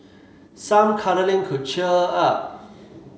some cuddling could cheer her up